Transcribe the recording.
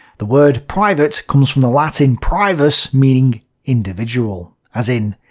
the word private comes from the latin privus meaning individual as in,